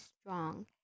strong